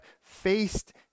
faced